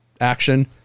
action